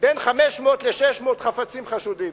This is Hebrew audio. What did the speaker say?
בין 500 ל-600 חפצים חשודים.